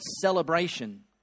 Celebration